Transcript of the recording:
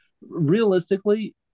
realistically